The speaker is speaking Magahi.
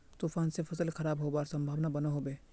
तूफान से फसल खराब होबार संभावना बनो होबे?